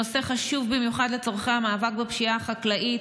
נושא חשוב במיוחד לצורכי המאבק בפשיעה החקלאית,